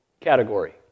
category